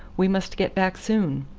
we must get back soon.